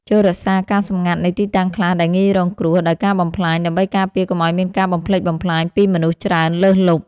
ចូររក្សាការសម្ងាត់នៃទីតាំងខ្លះដែលងាយរងគ្រោះដោយការបំផ្លាញ ដើម្បីការពារកុំឱ្យមានការបំផ្លិចបំផ្លាញពីមនុស្សច្រើនលើសលប់។